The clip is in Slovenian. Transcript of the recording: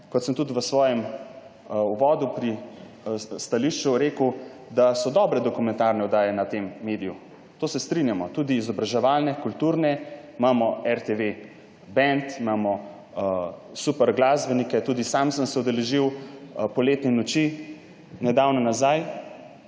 kot sem tudi v svojem uvodu pri stališču rekel, da so dobre dokumentarne oddaje na tem mediju, o tem se strinjamo, tudi izobraževalne, kulturne, imamo RTV band, imamo super glasbenike, tudi sam sem se udeležil Poletne noči nedavno nazaj,